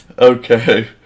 Okay